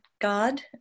God